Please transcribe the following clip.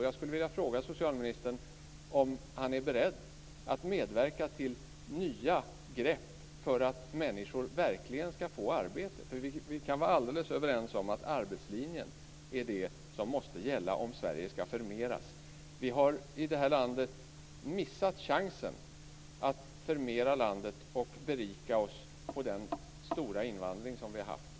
Jag skulle vilja fråga socialministern om han är beredd att medverka till nya grepp för att människor verkligen ska få arbete. Vi kan vara alldeles överens om att arbetslinjen är det som måste gälla om Sverige ska förmeras. Vi har i det här landet missat chansen att förmera landet och berika oss på den stora invandring vi har haft.